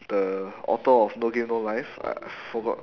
the author of no game no life I forgot